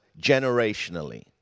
generationally